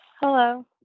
Hello